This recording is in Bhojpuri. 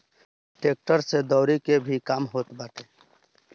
टेक्टर से दवरी के भी काम होत बाटे